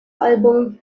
album